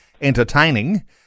entertaining